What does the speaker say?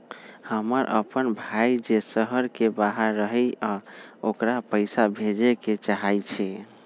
हमर अपन भाई जे शहर के बाहर रहई अ ओकरा पइसा भेजे के चाहई छी